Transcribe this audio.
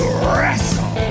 wrestle